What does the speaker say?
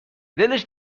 دلش